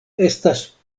estas